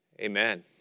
Amen